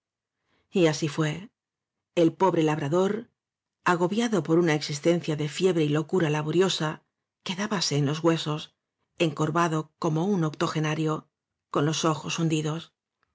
así fué el pobre labra dor agobiado por una existen cia de fiebre y locura labo riosa quedábase en los huesos encorvado como un octosmnao crio con los ojos hundidos